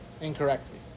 incorrectly